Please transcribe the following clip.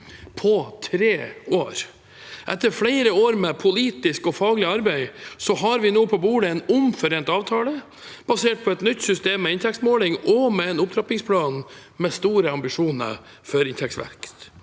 på tre år. Etter flere år med politisk og faglig arbeid har vi nå på bordet en omforent avtale, basert på et nytt system med inntektsmåling og med en opptrappingsplan med store ambisjoner for inntektsvekst.